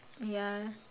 ya